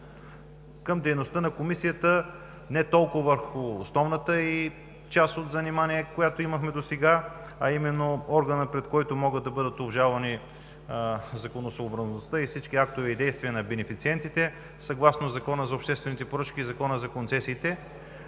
към дейността на Комисията – не толкова върху основната й част от заниманията, които имаха досега, да са именно органът, пред който могат да бъдат обжалвани законосъобразността и всички актове и действия на бенефициентите съгласно Закона за обществените поръчки и Закона за концесиите,